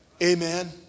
Amen